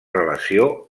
relació